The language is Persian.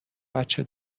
بچه